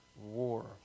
war